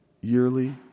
yearly